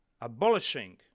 abolishing